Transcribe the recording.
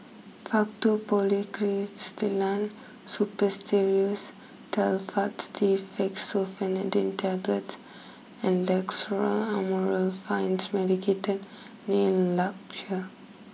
Faktu Policresulen Suppositories Telfast D Fexofenadine Tablets and Amorolfine Medicated Nail Lacquer